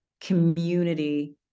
community